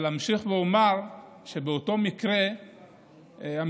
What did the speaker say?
אבל אמשיך ואומר שבאותו מקרה המשטרה